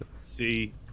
see